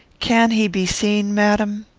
can he be seen, madam?